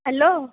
hello